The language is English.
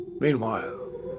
Meanwhile